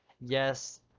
Yes